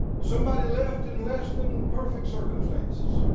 somebody left in less-than perfect circumstances,